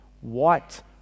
white